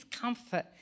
comfort